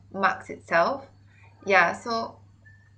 marks itself yeah so